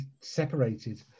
separated